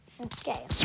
Okay